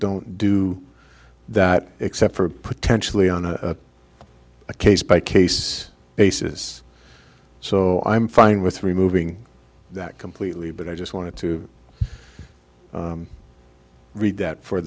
don't do that except for potentially on a case by case basis so i'm fine with removing that completely but i just want to read that for